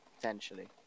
potentially